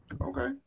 Okay